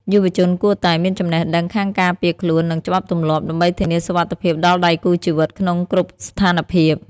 យុវជនគួរតែ "មានចំណេះដឹងខាងការពារខ្លួន និងច្បាប់ទម្លាប់" ដើម្បីធានាសុវត្ថិភាពដល់ដៃគូជីវិតក្នុងគ្រប់ស្ថានភាព។